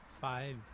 five